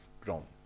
grown